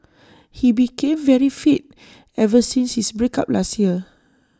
he became very fit ever since his break up last year